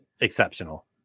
exceptional